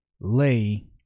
lay